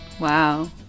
Wow